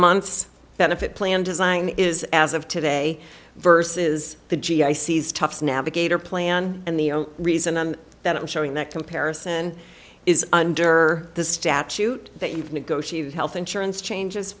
mont's benefit plan design is as of today versus the g i sees tops navigator plan and the reason i'm that i'm showing that comparison is under the statute that you've negotiated health insurance changes